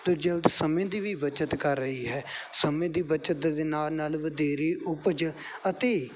ਅਤੇ ਜਲਦ ਸਮੇਂ ਦੀ ਵੀ ਬਚਤ ਕਰ ਰਹੀ ਹੈ ਸਮੇਂ ਦੀ ਬਚਤ ਦੇ ਨਾਲ ਨਾਲ ਵਧੇਰੀ ਉਪਜ ਅਤੇ